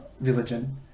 religion